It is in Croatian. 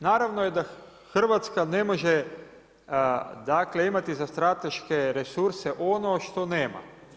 Naravno je da Hrvatska ne može dakle, imati za strateške resurse ono što nema.